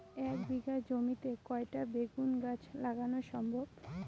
এক বিঘা জমিতে কয়টা বেগুন গাছ লাগানো সম্ভব?